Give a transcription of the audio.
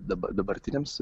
dabar dabartiniams